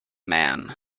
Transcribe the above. man